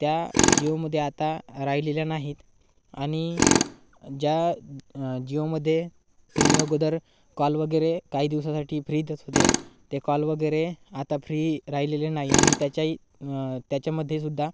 त्या जिओमध्येे आता राहिलेल्या नाहीत आणि ज्या जिओमध्ये तुम्ही अगोदर कॉल वगैरे काही दिवसासाठी फ्री देत होते ते कॉल वगैरे आता फ्री राहिलेले नाही आणि त्याच्याही त्याच्यामध्ये सुुद्धा